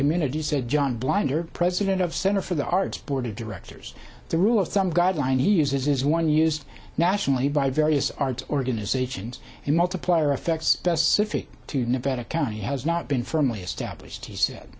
community said john blinder president of center for the arts board of directors the rule of thumb guideline he uses is one used nationally by various arts organizations and multiplier effects to nevada county has not been firmly established he said